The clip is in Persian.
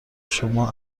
شما